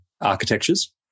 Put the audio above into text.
architectures